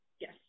Yes